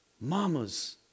mama's